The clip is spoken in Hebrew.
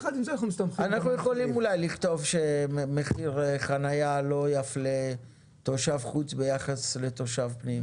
אנחנו יכולים אולי לכתוב שמחיר חניה לא יפלה תושב חוץ ביחס לתושב פנים.